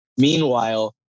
Meanwhile